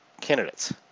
candidates